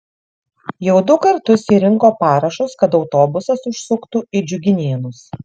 jau du kartus ji rinko parašus kad autobusas užsuktų į džiuginėnus